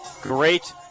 great